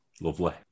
lovely